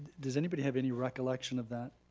does anybody have any recollection of that?